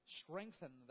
strengthen